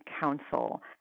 Council